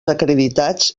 acreditats